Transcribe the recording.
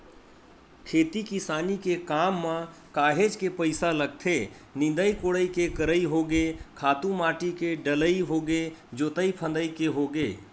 खेती किसानी के काम म काहेच के पइसा लगथे निंदई कोड़ई के करई होगे खातू माटी के डलई होगे जोतई फंदई के होगे